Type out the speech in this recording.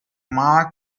mark